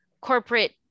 corporate